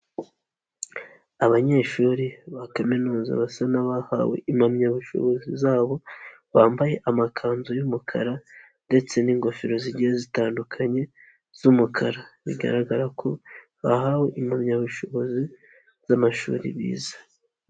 Abanyeshuri ba kaminuza basa n'abahawe impamyabushobozi zabo, bambaye amakanzu y'umukara ndetse n'ingofero zigiye zitandukanye z'umukara, bigaragara ko bahawe impamyabushobozi z'amashuri bize.